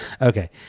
okay